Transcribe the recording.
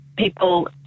People